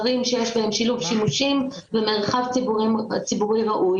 ערים שיש בהן שילוב שימושים ומרחב ציבורי ראוי.